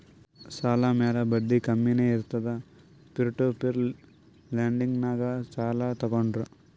ಸಾಲ ಮ್ಯಾಲ ಬಡ್ಡಿ ಕಮ್ಮಿನೇ ಇರ್ತುದ್ ಪೀರ್ ಟು ಪೀರ್ ಲೆಂಡಿಂಗ್ನಾಗ್ ಸಾಲ ತಗೋಂಡ್ರ್